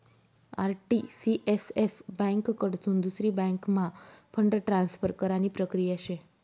RTCSF ब्यांककडथून दुसरी बँकम्हा फंड ट्रान्सफर करानी प्रक्रिया शे